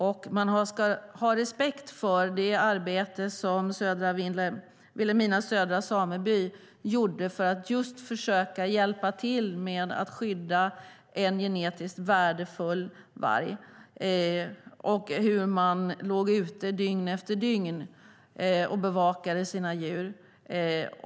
Man ska ha respekt för det arbete som Vilhelmina södra sameby gjorde för att försöka hjälpa till att skydda en genetiskt värdefull varg. De låg ute dygn efter dygn och bevakade sina djur.